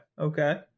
Okay